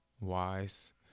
Wise